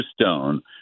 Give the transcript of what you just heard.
Stone